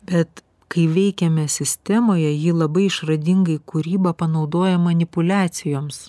bet kai veikiame sistemoje ji labai išradingai kūrybą panaudoja manipuliacijoms